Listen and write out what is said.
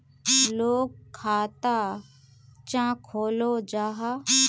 लोग खाता चाँ खोलो जाहा?